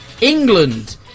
England